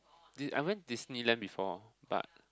the I went Disneyland before but